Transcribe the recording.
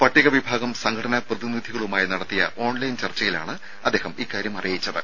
പട്ടിക വിഭാഗം സംഘടനാ പ്രതിനിധികളുമായി നടത്തിയ ഓൺലൈൻ ചർച്ചയിലാണ് അദ്ദേഹം ഇക്കാര്യം അറിയിച്ചത്